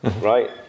right